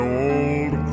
old